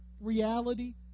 reality